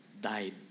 died